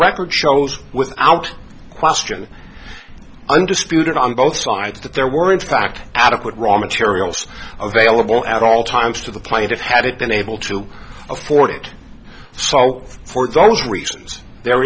record shows without question undisputed on both sides that there were in fact adequate raw materials available at all times to the plate it had it been able to afford it so for those reasons there